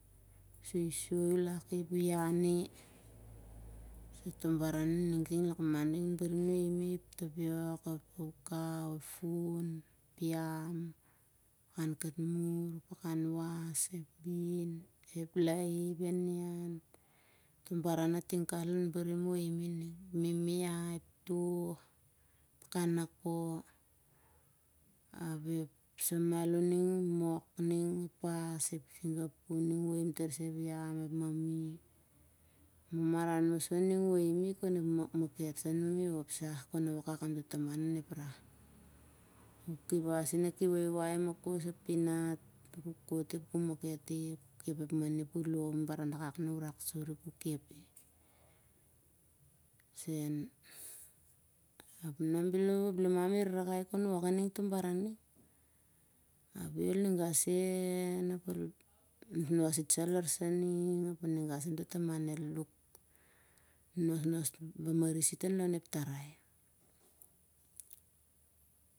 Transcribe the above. Toh baran na ting lakmanlon barim ep kaukau ep tapiok ep fun ep yam pakan katmur, pakan was ep bin ep lahi ep hianhian toh baran nah ting kawas lon barim uh haim i ning. ep mimia ep touf ep pakan noko ap 'i ep samalo ning ep pas ep singapu ning, uh haim tar sah ep yam ep mami, mamaran moso ning wah uh haim i kon ep maket sah anumi oh ep sah kon wok akak amotoh taman oh ep rah. kuh kepasi naki waiwai ki makos ep pinat. ap kuh kot i kuh market i kuh kep ep mani ap kuh lou ep baran akak na uh rak sur i ap kuh kep i. na bel ol rarakai kow wok i ning toh baran ning. ap i ol ninga sen ap ol nosnos itsar lar sen ning, ap amtoh taman el nosnos mamaris lon ep tarai